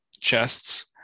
chests